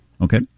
Okay